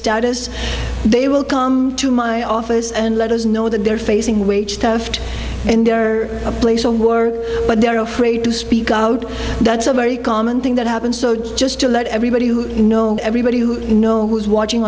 status they will come to my office and let us know that they're facing wage theft and they're a place of war but they're afraid to speak out that's a very common thing that happens so just to let everybody who know everybody who you know who's watching